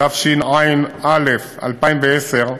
התשע"א 2010,